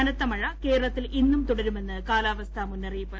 കനത്ത മഴ കേരളത്തിൽ ഇന്നും തുടരുമെന്ന് കാലാവസ്ഥാ മുന്നറിയിപ്പ്